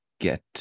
get